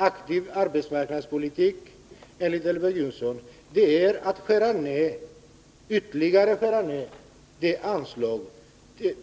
Aktiv arbetsmarknadspolitik är enligt Elver Jonsson att ytterligare skära ned de anslag